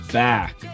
back